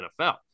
NFL